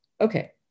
Okay